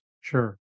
sure